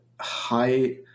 High